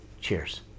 Cheers